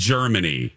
Germany